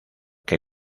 que